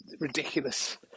ridiculous